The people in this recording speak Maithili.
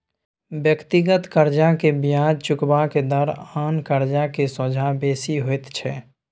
व्यक्तिगत कर्जा के बियाज चुकेबाक दर आन कर्जा के सोंझा बेसी होइत छै